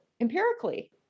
empirically